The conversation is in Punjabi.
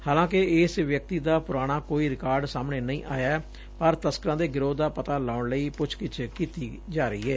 ਹਾਲਾਂਕਿ ਇਸ ਵਿਅਕਤੀ ਦਾ ਪੁਰਾਣਾ ਕੋਈ ਰਿਕਾਰਡ ਸਾਹਮਣੇ ਨਹੀ ਆਇਐ ਪਰ ਤਸਕਰਾਂ ਦੇ ਗਿਰੋਹ ਦਾ ਪਤਾ ਲਾਉਣ ਲਈ ਪੁੱਛਗਿੱਛ ਜਾਰੀ ਏ